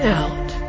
out